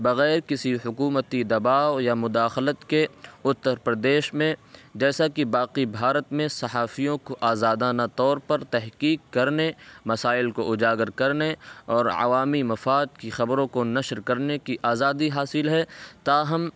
بغیر کسی حکومتی دباؤ یا مداخلت کے اتر پردیش میں جیسا کہ باقی بھارت میں صحافیوں کو آزادانہ طور پر تحقیق کرنے مسائل کو اجاگر کرنے اور عوامی مفاد کی خبروں کو نشر کرنے کی آزادی حاصل ہے تاہم